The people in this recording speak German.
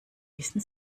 wissen